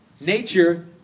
Nature